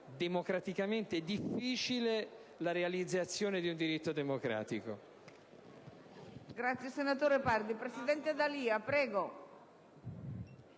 democraticamente difficile la realizzazione di un diritto democratico.